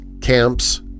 camps